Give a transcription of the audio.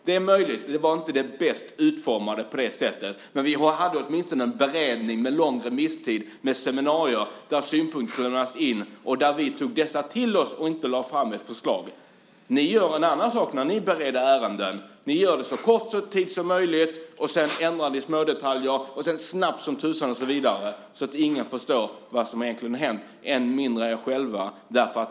Det var inte det bäst utformade, men vi hade en beredning med lång remisstid och seminarier där synpunkterna samlades in. Vi tog dem till oss och lade inte fram något förslag. När ni bereder ärenden gör ni det på så kort tid som möjligt och ändrar i smådetaljer och går vidare snabbt som tusan så att ingen förstår vad som egentligen händer - allra minst ni själva.